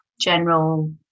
general